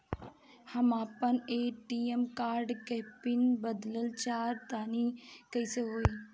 हम आपन ATM card के पीन बदलल चाहऽ तनि कइसे होई?